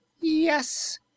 Yes